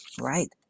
right